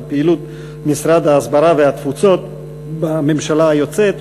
פעילות משרד ההסברה והתפוצות בממשלה היוצאת.